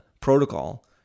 protocol